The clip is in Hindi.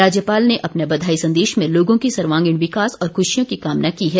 राज्यपाल ने अपने बधाई संदेश में लोगों के सर्वागीण विकास और ख्रशियों की कामना की है